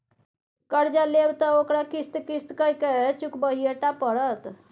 कर्जा लेब त ओकरा किस्त किस्त कए केँ चुकबहिये टा पड़त